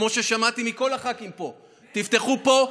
כמו ששמעתי מכל הח"כים פה: תפתחו פה,